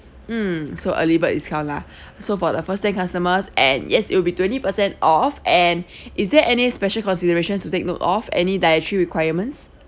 mm so early bird discount lah so for the first ten customers and yes it will be twenty percent off and is there any special consideration to take note of any dietary requirements